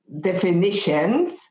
definitions